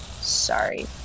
sorry